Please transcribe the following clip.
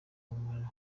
umumaro